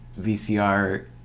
VCR